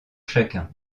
chacun